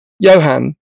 Johan